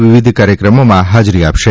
વિવિધ કાર્યક્રમોમાં હાજરી આપશે